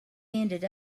ended